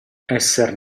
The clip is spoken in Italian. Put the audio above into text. esser